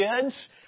kids